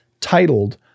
titled